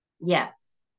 Yes